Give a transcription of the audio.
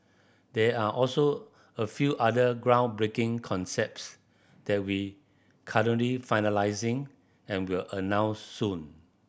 there are also a few other groundbreaking concepts that we currently finalising and will announce soon